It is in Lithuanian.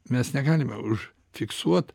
mes negalime už fiksuot